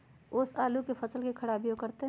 ओस आलू के फसल के खराबियों करतै?